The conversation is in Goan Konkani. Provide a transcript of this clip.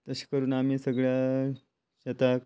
तशे करून आमी सगळ्या शेतांक